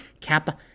Kappa